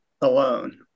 alone